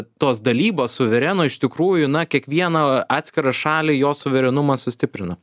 tos dalybos suvereno iš tikrųjų na kiekvieną atskirą šalį jos suverenumą sustiprina